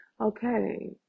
okay